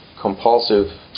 compulsive